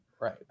right